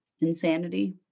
insanity